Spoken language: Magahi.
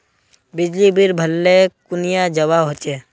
बिजली बिल भरले कुनियाँ जवा होचे?